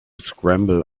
scramble